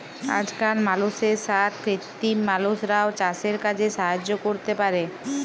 আজকাল মালুষের সাথ কৃত্রিম মালুষরাও চাসের কাজে সাহায্য ক্যরতে পারে